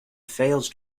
fails